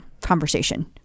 conversation